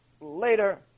later